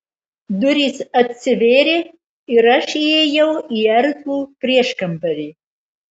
durys atsivėrė ir aš įėjau į erdvų prieškambarį